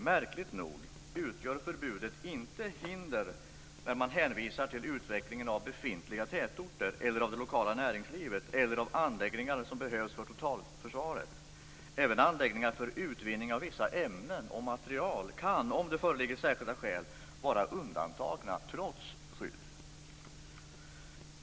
Märkligt nog utgör förbudet inget hinder, då man hänvisar till utvecklingen av befintliga tätorter, det lokala näringslivet eller anläggningar som behövs för totalförsvaret. Även anläggningar för utvinning av vissa ämnen och material kan, om det föreligger särskilda skäl, vara undantagna trots skydd.